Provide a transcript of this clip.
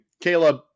Caleb